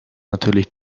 natürlich